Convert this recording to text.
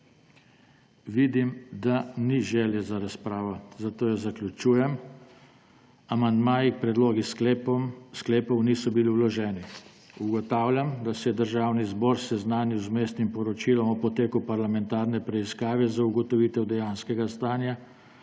Vidim, da ni želje za razpravo, zato jo zaključujem. Amandmaji k predlogom sklepov niso bili vloženi. Ugotavljam, da se je Državni zbor seznanil z Vmesnim poročilom o poteku parlamentarne preiskave za ugotovitev dejanskega stanja